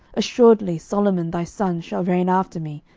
assuredly solomon thy son shall reign after me,